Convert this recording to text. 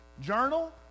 journal